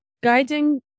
guiding